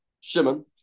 Shimon